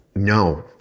No